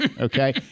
Okay